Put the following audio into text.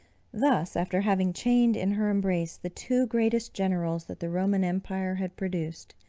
thus, after having chained in her embrace the two greatest generals that the roman empire had produced,